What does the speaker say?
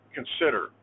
consider